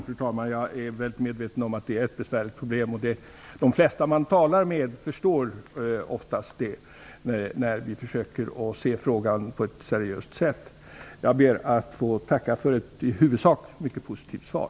Fru talman! Jag är väl medveten om att det är ett besvärligt problem. De flesta man talar med förstår det när vi ser på frågan på ett seriöst sätt. Jag ber att få tacka för ett i huvudsak mycket positivt svar.